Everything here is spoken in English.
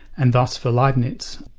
and thus for leibnitz,